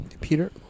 peter